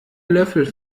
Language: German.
löffel